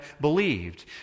believed